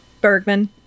Bergman